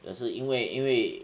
可是因为因为